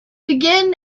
begin